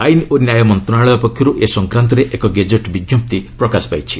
ଆଇନ ଓ ନ୍ୟାୟ ମନ୍ତ୍ରଣାଳୟ ପକ୍ଷରୁ ଏ ସଂକ୍ରାନ୍ତରେ ଏକ ଗେଜେଟ୍ ବିଜ୍ଞପ୍ତି ପ୍ରକାଶ ପାଇଛି